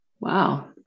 Wow